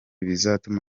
bizatuma